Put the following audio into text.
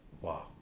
Wow